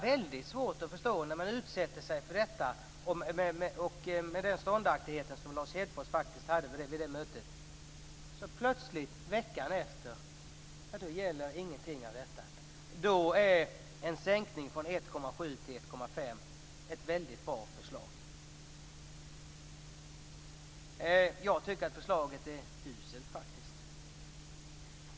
När man utsätter sig för sådant, och visar sådan ståndaktighet, har jag svårt att förstå hur ingenting av detta gäller veckan därpå. Då är en sänkning från 1,7 % till 1,5 % ett bra förslag. Jag tycker att förslaget är uselt.